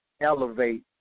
elevate